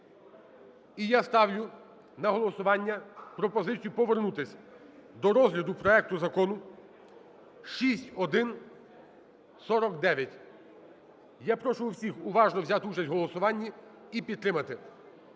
І я ставлю на голосування пропозицію повернутись до розгляду проекту Закону (6149). Я прошу всіх уважно взяти участь в голосуванні і підтримати.